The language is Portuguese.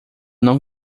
não